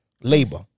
Labor